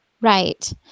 Right